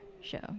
show